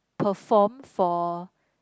perform for